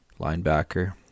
linebacker